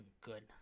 good